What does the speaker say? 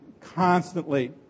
constantly